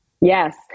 yes